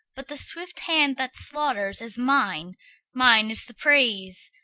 but the swift hand that slaughters is mine mine is the praise!